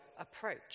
approach